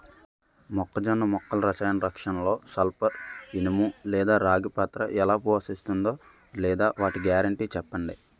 మొక్కజొన్న మొక్కల రసాయన రక్షణలో సల్పర్, ఇనుము లేదా రాగి పాత్ర ఎలా పోషిస్తుందో లేదా వాటి గ్యారంటీ చెప్పండి